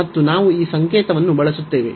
ಮತ್ತು ನಾವು ಈ ಸಂಕೇತವನ್ನು ಬಳಸುತ್ತೇವೆ